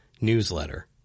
newsletter